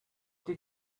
did